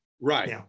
Right